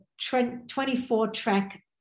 24-track